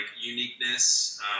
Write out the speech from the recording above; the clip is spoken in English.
uniqueness